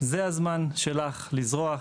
זה הזמן שלך לזרוח,